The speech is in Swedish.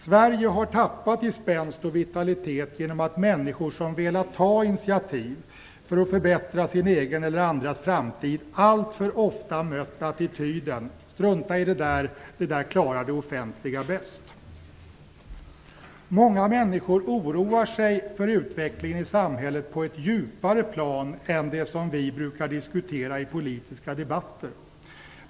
Sverige har tappat i spänst och vitalitet genom att människor som velat ta initiativ för att förbättra sin egen eller andras framtid alltför ofta mött attityden: Strunta i det där. Det där klarar det offentliga bäst. Många människor oroar sig för utvecklingen i samhället på ett djupare plan än det som vi brukar diskutera i politiska debatter.